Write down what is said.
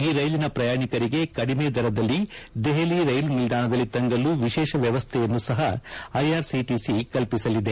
ಈ ರೈಲಿನ ಪ್ರಯಾಣಿಕರಿಗೆ ಕಡಿಮೆ ದರದಲ್ಲಿ ದೆಹಲಿ ರೈಲು ನಿಲ್ದಾಣದಲ್ಲಿ ತಂಗಲು ವಿಶೇಷ ವ್ಯವಸ್ಥೆಯನ್ನು ಸಹ ಐಆರ್ಸಿಟಿಸಿ ಕಲ್ಲಿ ಸಲಿದೆ